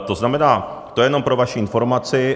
To znamená, to jenom pro vaši informaci.